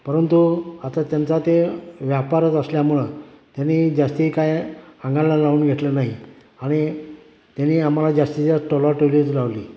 परंतु आता त्यांचा ते व्यापारच असल्यामुळं त्यांनी जास्ती काय आंगाला लावून घेतलं नाही आणि त्यांनी आम्हाला जास्तीत जास्त टोलवाटोलवीच लावली